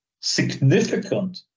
significant